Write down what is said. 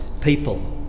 people